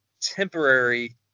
temporary